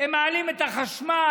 הם מעלים את החשמל,